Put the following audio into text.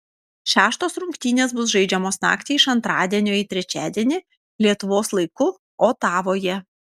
šeštos rungtynės bus žaidžiamos naktį iš antradienio į trečiadienį lietuvos laiku otavoje